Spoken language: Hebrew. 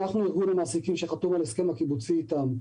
אנחנו ארגון המעסיקים שחתום על ההסכם הקיבוצי איתם,